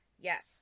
Yes